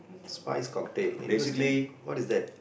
spice cocktail interesting what is that